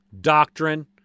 doctrine